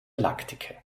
lackdicke